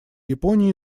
японии